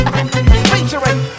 Featuring